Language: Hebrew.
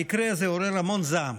המקרה הזה עורר המון זעם.